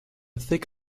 thick